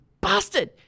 Bastard